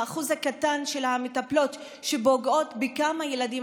האחוז הקטן של המטפלות שפוגעות בכמה ילדים,